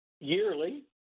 yearly